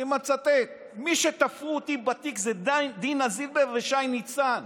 אני מצטט: מי שתפרו אותי בתיק זה דינה זילבר ושי ניצן.